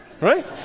Right